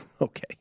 Okay